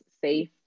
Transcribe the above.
safe